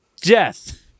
death